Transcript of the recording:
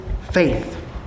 faith